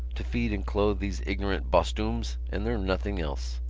to feed and clothe these ignorant bostooms. and they're nothing else.